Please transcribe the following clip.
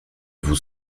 vous